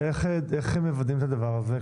ואיך מוודאים את הדבר הזה?